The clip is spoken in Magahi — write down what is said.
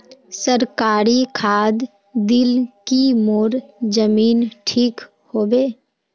सरकारी खाद दिल की मोर जमीन ठीक होबे?